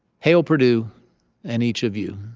hail purdue and each of you.